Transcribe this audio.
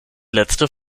letzte